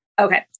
Okay